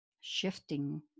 shifting